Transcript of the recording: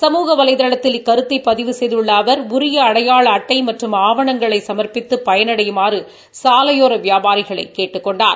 சமூக வலைதளத்தில் இக்கருத்தை பதிவு செய்துள்ள அவர் உரிய அடையாள அட்டை மற்றும் ஆவணங்களை சமர்ப்பித்து பயனடையுமாறு சாலையோர வியாபாரிகளை அவர் கேட்டுக் கொண்டார்